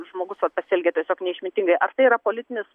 žmogus vat pasielgė tiesiog neišmintingai ar tai yra politinis